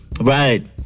Right